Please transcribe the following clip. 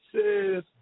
says